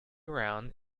round